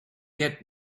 get